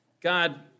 God